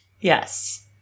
Yes